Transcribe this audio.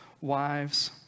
wives